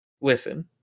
Listen